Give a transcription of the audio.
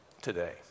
today